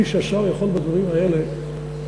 השר יכול בדברים האלה,